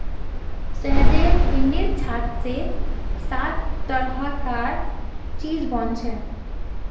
शहदेर बिन्नीर छात स सात तरह कार चीज बनछेक